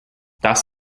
das